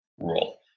rule